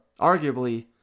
arguably